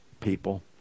people